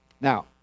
Now